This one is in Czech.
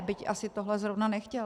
Byť asi tohle zrovna nechtěl.